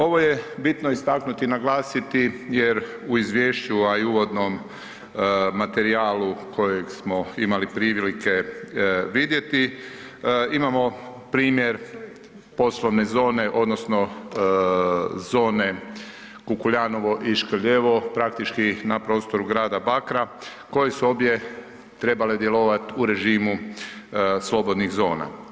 Ovo je bitno istaknuti i naglasiti jer u izvješću ovaj uvodnom, materijalu kojeg smo imali prilike vidjeti, imamo primjer poslovne zone odnosno zone Kukuljanovo i Škrljevo praktički na prostoru grada Bakra koje su obje trebale djelovat u režimu slobodnih zona.